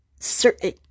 certain